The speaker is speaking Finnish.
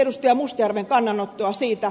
mustajärven kannanottoa siitä